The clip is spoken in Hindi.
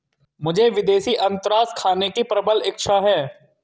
मुझे विदेशी अनन्नास खाने की प्रबल इच्छा है